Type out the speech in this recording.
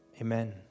Amen